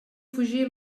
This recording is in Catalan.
fugir